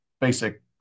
basic